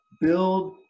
Build